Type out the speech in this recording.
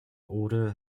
order